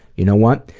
you know what?